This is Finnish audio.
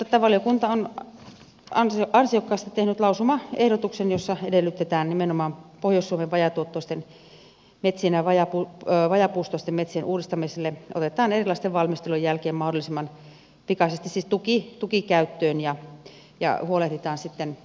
mutta valiokunta on ansiokkaasti tehnyt lausumaehdotuksen jossa edellytetään että nimenomaan pohjois suomen vajaatuottoisten metsien ja vajaapuustoisten metsien uudistamiselle otetaan erilaisten valmistelujen jälkeen mahdollisimman pikaisesti siis tuki käyttöön ja huolehditaan sitten viranomaistoiminnasta siihen liittyen